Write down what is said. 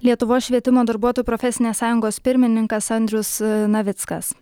lietuvos švietimo darbuotojų profesinės sąjungos pirmininkas andrius navickas